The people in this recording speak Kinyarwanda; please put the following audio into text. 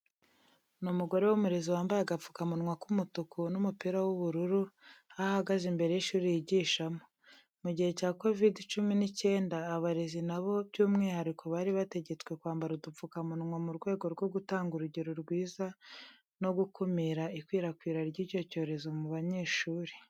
Ni umugore w'umurezi wambaye agapfukamunwa k'umutuku n'umupira w'ubururu, aho ahagaze imbere y'ishuri yigishamo. Mu gihe cya Kovide cumi n'icyenda abarezi na bo by'umwihariko bari bategetswe kwambara udupfukamunwa mu rwego rwo gutanga urugero rwiza no gukumira ikwirakwira ry'icyo cyorezo mu banyeshuri .